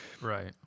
Right